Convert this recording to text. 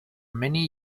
many